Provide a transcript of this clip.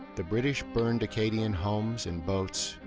the british burned acadian homes and boats,